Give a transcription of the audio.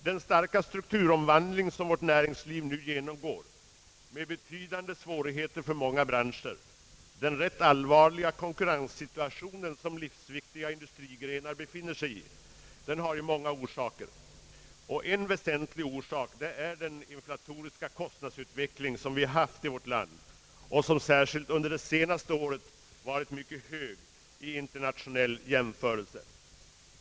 Den starka strukturomvandling som vårt näringsliv nu genomgår med betydande svårigheter för många branscher och den rätt allvarliga konkurrenssituation som livsviktiga industrigrenar befinner sig i har ju många orsaker. En väsentlig orsak är den inflatoriska kostnadsutveckling som vi haft i vårt land och som särskilt under det senaste året varit mycket stark vid internationell jämförelse.